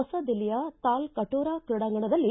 ಹೊಸ ದಿಲ್ಲಿಯ ತಾಲ್ ಕಟೋರಾ ಕ್ರೀಡಾಂಗಣದಲ್ಲಿ